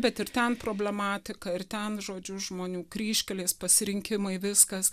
bet ir ten problematika ir ten žodžiu žmonių kryžkelės pasirinkimai viskas